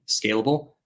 scalable